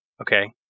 Okay